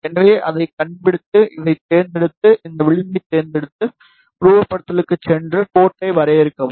எனவே அதைக் கண்டுபிடிக்க இதைத் தேர்ந்தெடுத்து இந்த விளிம்பைத் தேர்ந்தெடுத்து உருவகப்படுத்துதலுக்குச் சென்று போர்ட்டை வரையறுக்கவும்